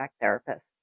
therapist